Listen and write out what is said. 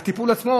הטיפול עצמו,